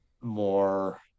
more